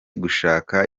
gushaka